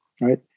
right